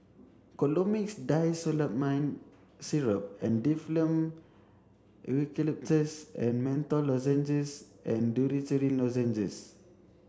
Colimix Dicyclomine Syrup and Difflam Eucalyptus and Menthol Lozenges and Dorithricin Lozenges